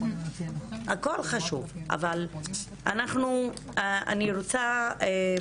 אבל אני רוצה,